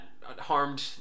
harmed